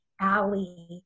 alley